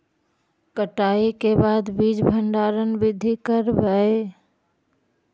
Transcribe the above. कटाई के बाद बीज भंडारन बीधी करबय?